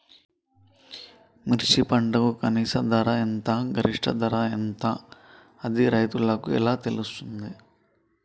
మిర్చి పంటకు కనీస ధర ఎంత గరిష్టంగా ధర ఎంత అది రైతులకు ఎలా తెలుస్తది?